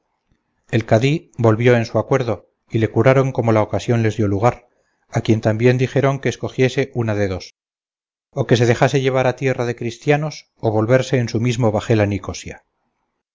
volvió en su acuerdo y le curaron como la ocasión les dio lugar a quien también dijeron que escogiese una de dos o que se dejase llevar a tierra de cristianos o volverse en su mismo bajel a nicosia